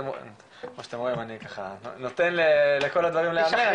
כמו שאתם רואים, אני נותן לכל הדברים להיאמר,